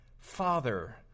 Father